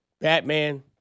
Batman